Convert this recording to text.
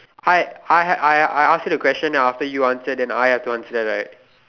hi I have I I ask you the question then after you answer then I have to answer that right